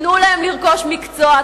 תנו להם לרכוש מקצוע,